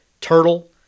turtle